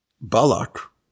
Balak